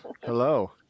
Hello